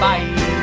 Bye